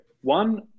one